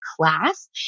class